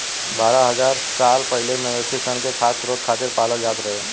बारह हज़ार साल पहिले मवेशी सन के खाद्य स्रोत खातिर पालल जात रहे